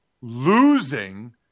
losing